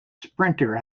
sprinter